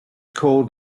called